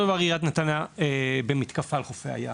עיריית נתניה במתקפה על חופי הים,